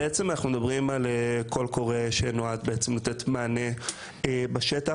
אנחנו בעצם מדברים על ׳קול קורא׳ שנועד לתת מענה בשטח,